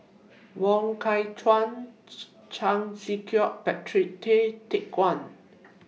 Wong Kah Chun Chan Sek Keong Patrick Tay Teck Guan